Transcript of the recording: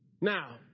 Now